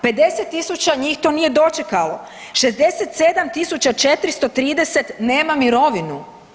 50 000 njih to nije dočekalo, 67430 nema mirovinu.